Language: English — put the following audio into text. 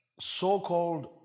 so-called